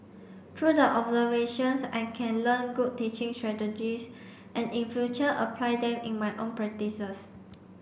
through the observations I can learn good teaching strategies and in future apply them in my own practices